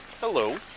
Hello